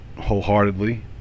wholeheartedly